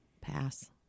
Pass